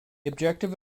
objective